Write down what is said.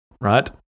right